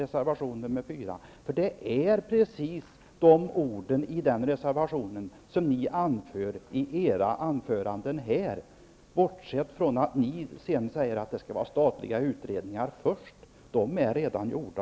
Precis de ord som ni anför i era inlägg finns i den reservationen, bortsett från att ni nu säger att det först skall vara statliga utredningar -- de är redan gjorda.